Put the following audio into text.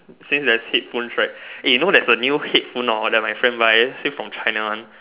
since there's headphones right eh you know there's a new headphone hor that my friend buy say from China one